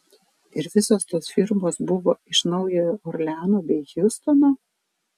ir visos tos firmos buvo iš naujojo orleano bei hjustono